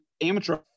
amateur